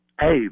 Hey